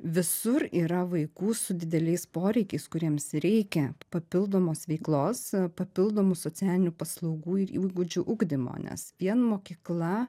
visur yra vaikų su dideliais poreikiais kuriems reikia papildomos veiklos papildomų socialinių paslaugų ir įgūdžių ugdymo nes vien mokykla